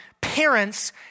parents